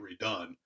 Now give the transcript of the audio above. redone